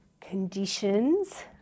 conditions